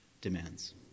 demands